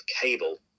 cable